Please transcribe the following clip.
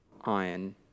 iron